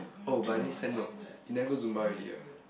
oh by the way side note you never go Zumba already ah